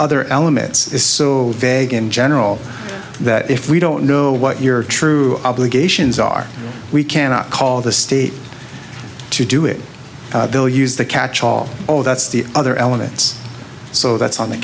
other elements is so vague in general that if we don't know what your true obligations are we cannot call the state to do it they'll use the catch all of that's the other elements so that's on the